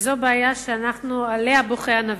וזאת בעיה שעליה בוכה הנביא.